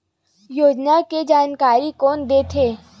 योजना के जानकारी कोन दे थे?